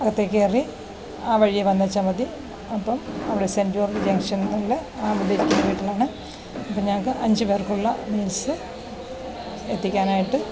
അകത്തേക്കു കയറി ആ വഴിയേ വന്നേച്ചാൽ മതി അപ്പം അവിടെ സെൻറ്റ് ജോർജ് ജംഗ്ഷനിൽ ആ മുന്നേ ഇരിക്കുന്ന വീട്ടിലാണ് അപ്പം ഞങ്ങൾക്ക് അഞ്ച് പേർക്കുള്ള മീൽസ് എത്തിക്കാനായിട്ട്